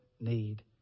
need